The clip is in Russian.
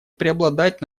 преобладать